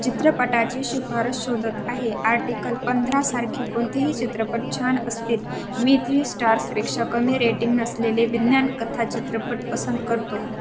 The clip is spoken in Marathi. चित्रपटाची शिफारस शोधत आहे आर्टिकल पंधरासारखे कोणतेही चित्रपट छान असतील मी थ्री स्टार्सपेक्षा कमी रेटिंग नसलेले विज्ञानकथा चित्रपट पसंत करतो